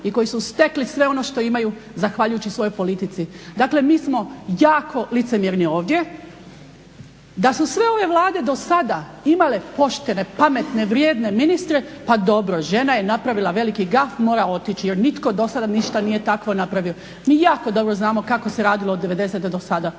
i koji su stekli sve ono što imaju zahvaljujući svojoj politici. Dakle, mi smo jako licemjerni ovdje. Da su sve ove vlade do sada imale poštene, pametne, vrijedne ministre pa dobro, žena je napravila veliki gaf i mora otići jer nitko do sada takvo nešto nije napravio. Mi jako dobro znamo kako se radilo od devedesete